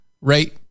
Right